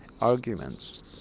arguments